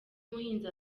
umuhinzi